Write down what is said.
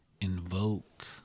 invoke